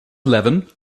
eleven